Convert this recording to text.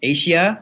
Asia